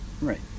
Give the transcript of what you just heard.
Right